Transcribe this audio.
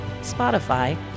Spotify